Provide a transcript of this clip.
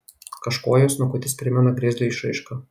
kažkuo jo snukutis primena grizlio išraišką